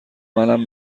منم